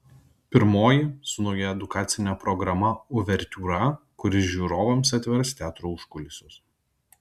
pirmoji su nauja edukacine programa uvertiūra kuri žiūrovams atvers teatro užkulisius